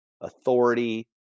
authority